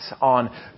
on